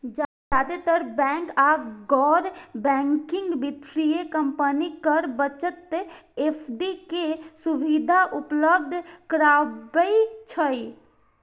जादेतर बैंक आ गैर बैंकिंग वित्तीय कंपनी कर बचत एफ.डी के सुविधा उपलब्ध कराबै छै